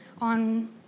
on